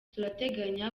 turateganya